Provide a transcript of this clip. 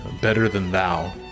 better-than-thou